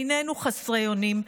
איננו חסרי אונים,